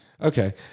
Okay